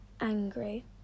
angry